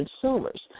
consumers